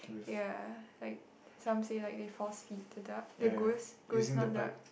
ya like some say like they force feed the duck the goose goose not duck